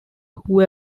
who